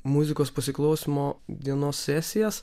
muzikos pasiklausymo dienos sesijas